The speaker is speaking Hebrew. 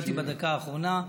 הגעתי בדקה האחרונה.